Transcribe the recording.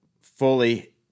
fully